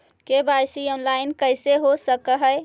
KYC online कैसे हो सक है?